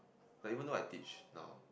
like even though I teach now